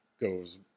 goes